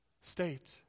state